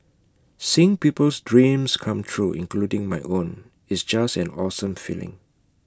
seeing people's dreams come true including my own it's just an awesome feeling